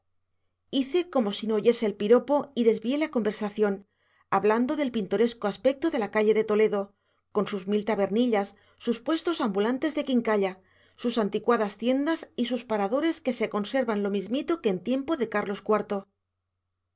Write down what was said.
hice como si no oyese el piropo y desvié la conversación hablando del pintoresco aspecto de la calle de toledo con sus mil tabernillas sus puestos ambulantes de quincalla sus anticuadas tiendas y sus paradores que se conservan lo mismito que en tiempo de carlos